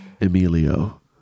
Emilio